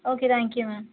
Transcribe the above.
okay thank you ma'am